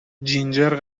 جینجر